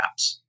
apps